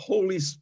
Holy